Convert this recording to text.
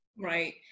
Right